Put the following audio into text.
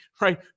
right